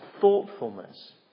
thoughtfulness